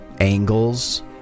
angles